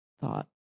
thought